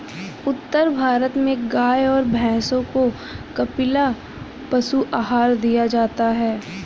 उत्तर भारत में गाय और भैंसों को कपिला पशु आहार दिया जाता है